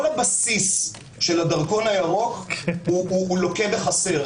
כל הבסיס של הדרכון הירוק לוקה בחסר.